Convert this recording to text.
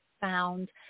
found